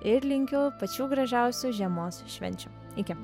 ir linkiu pačių gražiausių žiemos švenčių iki